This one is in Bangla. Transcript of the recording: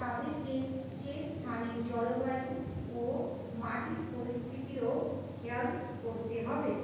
তাদেরকে সে স্থানের জলবায়ু ও মাটির পরিস্থিতিও খেয়াল করতে হবে